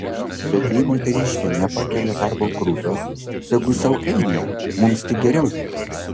bet jei moteriškė nepakelia darbo krūvio tegu sau eina mums tik geriau